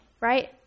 right